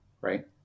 right